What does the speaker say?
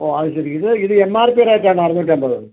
ഓ അതുശരി ഇത് ഇത് എം ആർ പി റേറ്റ് ആണോ അറുനൂറ്റമ്പത്